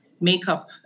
makeup